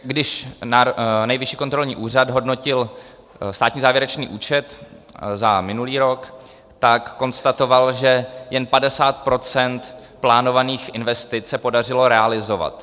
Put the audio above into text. Když Nejvyšší kontrolní úřad hodnotil státní závěrečný účet za minulý rok, tak konstatoval, že jen 50 % plánovaných investic se podařilo realizovat.